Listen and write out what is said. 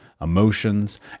emotions